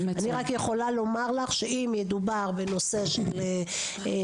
אני רק יכולה לומר לך שאם ידובר בנושא של שינוי